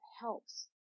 helps